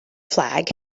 flag